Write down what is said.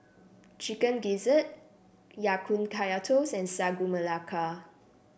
Chicken Gizzard Ya Kun Kaya Toast and Sagu Melaka